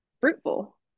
fruitful